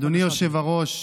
אדוני היושב-ראש,